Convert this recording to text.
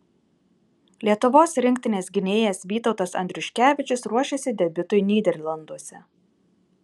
lietuvos rinktinės gynėjas vytautas andriuškevičius ruošiasi debiutui nyderlanduose